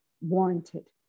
warranted